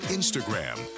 Instagram